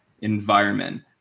environment